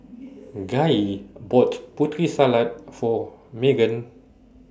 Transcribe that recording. Gaye bought Putri Salad For Maegan